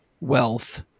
wealth